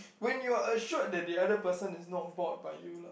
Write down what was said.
when you are assured that the other person is not bored by you lah